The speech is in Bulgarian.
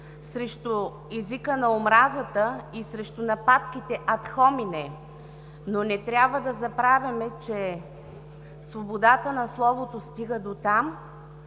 срещу езика на омразата и срещу нападките Ad hominem, но не трябва да забравяме, че свободата на словото стига дотам,